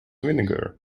vinegar